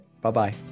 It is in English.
Bye-bye